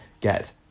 get